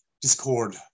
discord